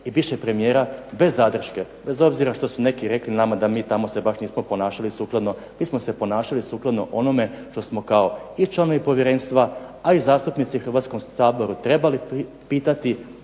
i bivšeg premijera bez zadrške, bez obzira što su neki rekli nama da mi tamo se baš nismo ponašali sukladno. Mi smo se ponašali sukladno onome što smo kao i članovi povjerenstva, a i zastupnici u Hrvatskom saboru trebali pitati